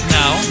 now